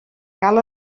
cal